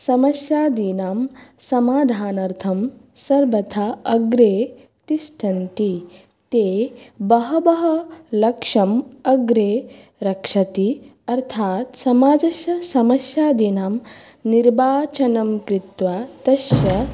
समस्यादीनां सामाधानार्थं सर्वथा अग्रे तिष्ठन्ति ताः बह्व्यः लक्ष्यम् अग्रे रक्षन्ति अर्थात् समाजस्य समस्यादीनां निर्वाचनं कृत्वा तस्य